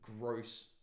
Gross